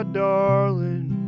darling